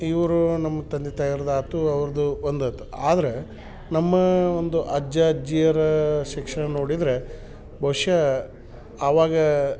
ಇವ್ರು ನಮ್ಮ ತಂದೆ ತಾಯವ್ರದ್ದು ಆಯ್ತು ಅವ್ರದ್ದು ಒಂದು ಆಯ್ತ್ ಆದರೆ ನಮ್ಮ ಒಂದು ಅಜ್ಜ ಅಜ್ಜಿಯರ ಶಿಕ್ಷಣ ನೋಡಿದರೆ ಬಹುಷಃ ಅವಾಗ